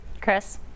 Chris